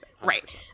Right